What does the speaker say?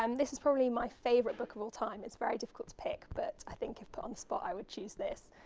um this is probably my favourite book of all time. it's very difficult to pick but i think if put on the spot i would choose this.